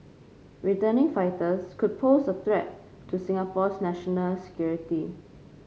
returning fighters could pose a threat to Singapore's national security